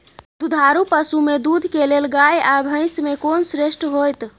दुधारू पसु में दूध के लेल गाय आ भैंस में कोन श्रेष्ठ होयत?